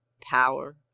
Power